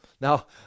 Now